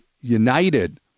United